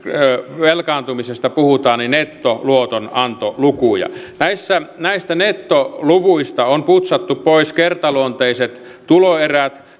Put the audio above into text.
velkaantumisesta puhutaan nettoluotonantolukuja näistä nettoluvuista on putsattu pois kertaluonteiset tuloerät